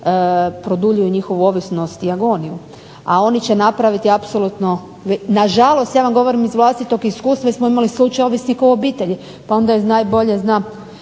produljuju njihovu ovisnost i agoniju. A oni će napraviti apsolutno, nažalost ja vam govorim iz vlastitog iskustva. Mi smo imali slučaj ovisnika u obitelji pa onda najbolje znam